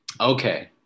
Okay